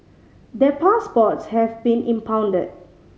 their passports have been impounded